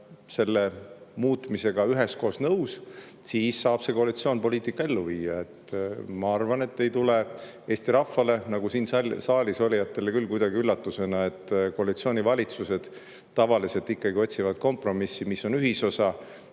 selle muutmisega üheskoos nõus, siis saab see koalitsioon poliitika ellu viia. Ma arvan, et ei tule Eesti rahvale nagu ka siin saalis olijatele küll kuidagi üllatusena, et koalitsioonivalitsused tavaliselt ikkagi otsivad kompromissi, ühisosa,